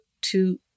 two